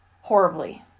horribly